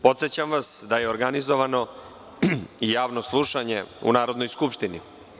Podsećam vas da je organizovano javno slušanje u Narodnoj skupštini.